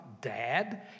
Dad